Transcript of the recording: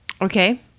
Okay